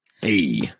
Hey